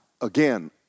again